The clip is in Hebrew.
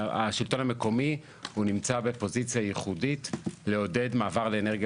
השלטון המקומי נמצא בפוזיציה ייחודית לעודד מעבר לאנרגיה